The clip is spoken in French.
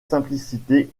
simplicité